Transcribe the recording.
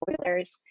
spoilers